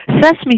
sesame